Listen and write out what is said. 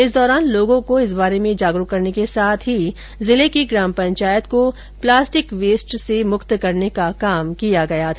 इस दौरान लोगों को इस बारे में जागरूक करने के साथ ही जिले की ग्रम पंचायत को प्लास्टिक वेस्ट से मुक्त करने का काम किया गया था